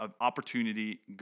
opportunity